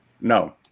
No